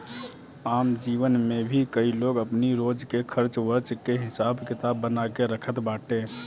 आम जीवन में भी कई लोग अपनी रोज के खर्च वर्च के हिसाब किताब बना के रखत बाटे